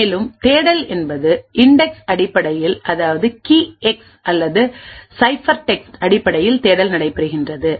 மேலும் தேடல் என்பதுஇன்டெக்ஸ் அடிப்படையில்அதாவது கீ எக்ஸ் அல்லது சைஃபெர்டெக்ஸ்ட் அடிப்படையில் தேடல் நடைபெறுகின்றது